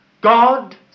God